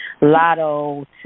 Lotto